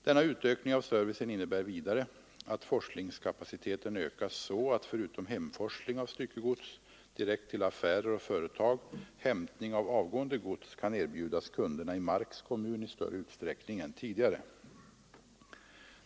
Denna utökning av servicen innebär vidare att forslingskapaciteten ökas så att förutom hemforsling av styckegods direkt till affärer och företag hämtning av avgående gods kan erbjudas kunderna i Marks kommun i större utsträckning än tidigare.